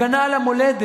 הגנה על המולדת,